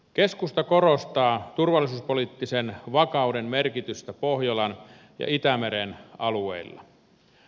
keskusta korostaa turvallisuuspoliittisen vakauden merkitystä pohjolan ja itämeren alueella